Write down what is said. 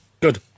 good